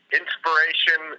inspiration